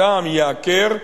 הטעם ייעקר,